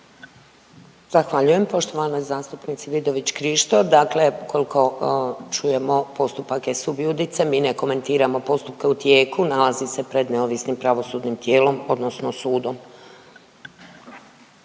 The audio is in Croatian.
Zahvaljujem poštovanoj zastupnici Vidović Krišto. Dakle, kolko čujemo postupak je sub iudice, mi ne komentiramo postupke u tijeku, nalazi se pred neovisnim pravosudnim tijelom odnosno sudom.